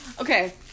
okay